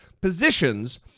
positions